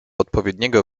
odpowiedniego